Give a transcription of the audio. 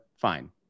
fine